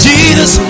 Jesus